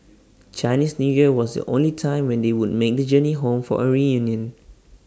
Chinese New Year was the only time when they would make the journey home for A reunion